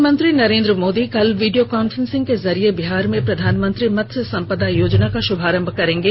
प्रधानमंत्री नरेन्द्र मोदी कल video conferencing के जरिए बिहार में प्रधानमंत्री मत्स्य संपदा योजना का शुभारंभ करेंगे